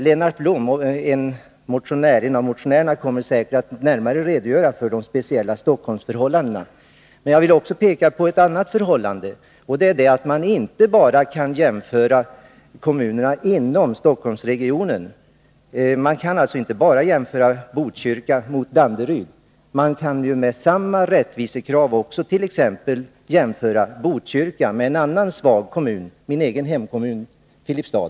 Lennart Blom, som är en av motionärerna, kommer säkerligen att närmare redogöra för de speciella Stockholmsförhållandena. Men jag vill också peka på ett annat förhållande, nämligen att man inte kan jämföra bara med kommunerna inom Stockholmsregionen. Man kan alltså inte jämföra Botkyrka bara med Danderyd utan kan med samma rättvisekrav också jämföra Botkyrka med en annan svag kommun, t.ex. med min hemkommun Filipstad.